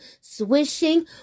swishing